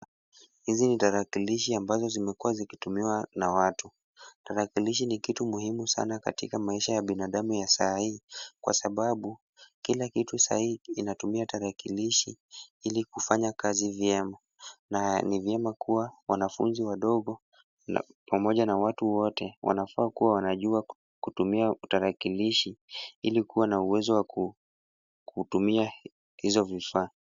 Hizi ni tarakilishi ambazo zimekuwa zikitumiwa na watu. Tarakilishi ni kitu muhimu sana katika maisha ya binadamu ya saa hii, kwa sababu kila kitu sahii inatumia tarakilishi, ili kufanya kazi vyema na ni vyema kuwa wanafunzi wadogo na pamoja na watu wote, wanafaa kuwa wanajua kutumia tarakilishi ili kuwa na uwezo wa kutumia hizo vifaa.